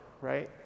right